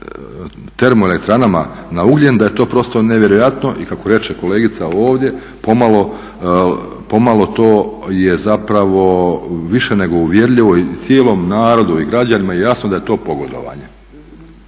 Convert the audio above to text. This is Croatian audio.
termo elektranama na ugljen da je to prosto nevjerojatno. I kako reče kolegica ovdje pomalo to je zapravo više nego uvjerljivo i cijelom narodu i građanima je jasno da je to pogodovanje.